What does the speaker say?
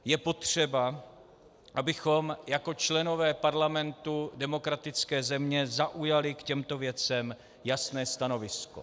Je potřeba, abychom jako členové Parlamentu demokratické země zaujali k těmto věcem jasné stanovisko.